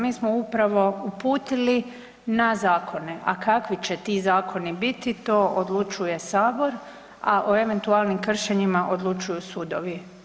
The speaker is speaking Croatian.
Mi smo upravo uputili na zakone, a kakvi će ti zakoni biti to odlučuje Sabor, a o eventualnim kršenjima odlučuju sudovi.